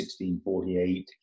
1648